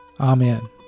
Amen